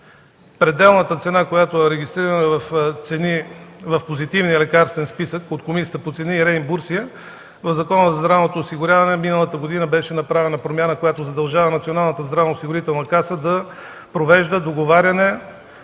пределната цена, която е регистрирана в Позитивния лекарствен списък от Комисията по цени и реимбурсия, в Закона за здравното осигуряване миналата година беше направена промяна, която задължава Националната здравноосигурителна каса да провежда договаряне